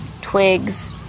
twigs